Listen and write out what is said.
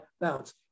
bounce